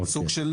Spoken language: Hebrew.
הוא סוג של